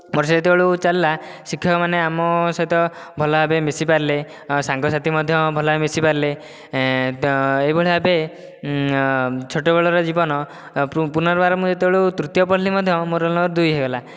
ବର୍ଷ ଯେତେବେଳକୁ ଚାଲିଲା ଶିକ୍ଷକମାନେ ଆମ ସହିତ ଭଲଭାବେ ମିଶି ପାରିଲେ ଆଉ ସାଙ୍ଗସାଥି ମଧ୍ୟ ଭଲ ଭାବେ ମିଶିପାରିଲେ ଏଭଳି ଭାବେ ଛୋଟବେଳର ଜୀବନ ପୁନର୍ବାର ମୁଁ ଯେତେବେଳୁ ତୃତୀୟ ପଢ଼ିଲି ମଧ୍ୟ ମୋର ରୋଲ ନମ୍ବର ଦୁଇ ହୋଇଗଲା